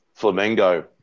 Flamengo